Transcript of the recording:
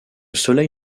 soleil